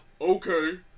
okay